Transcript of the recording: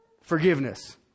forgiveness